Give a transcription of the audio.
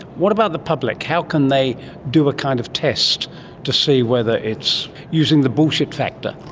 what about the public? how can they do a kind of test to see whether it's using the bullshit factor?